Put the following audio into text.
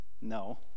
No